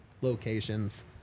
locations